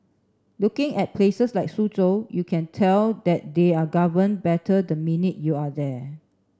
looking at places like Suzhou you can tell that they are govern better the minute you are there